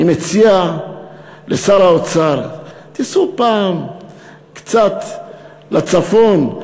אני מציע לשר האוצר: תיסעו פעם קצת לצפון,